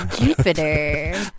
Jupiter